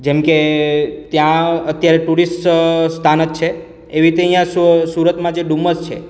જેમ કે ત્યાં અત્યારે ટુરિસ્ટ સ્થાન જ છે એવી રીતે અહીંયા સુરતમાં જે ડુમ્મસ છે